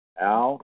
Al